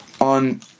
on